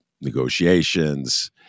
negotiations